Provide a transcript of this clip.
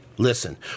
Listen